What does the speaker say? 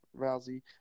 Rousey